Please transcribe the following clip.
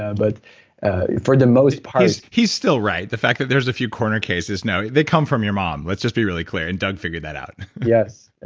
ah but for the most part he's still right. the fact that there's a few corner cases. no, they come from your mom let's just be really clear. and doug figured that out yes,